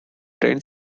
train